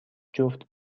جفت